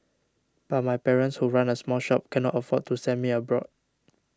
but my parents who run a small shop cannot afford to send me abroad